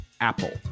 apple